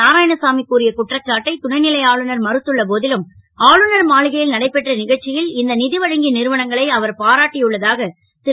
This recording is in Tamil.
நாராயணசாமி கூறிய குற்றச்சாட்டை துணை லை ஆளுநர் மறுத்துள்ள போ லும் ஆளுநர் மாளிகை ல் நடைபெற்ற க ச்சி ல் இந்த வழங்கிய றுவனங்களை அவர் பாராட்டியுள்ளதாக ரு